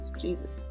jesus